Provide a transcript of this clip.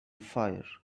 fire